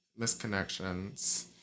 misconnections